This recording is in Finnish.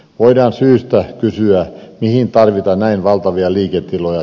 voidaan syystä kysyä mihin tarvitaan näin valtavia liiketiloja